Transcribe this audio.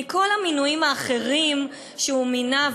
לגבי כל המינויים האחרים שהוא מינה,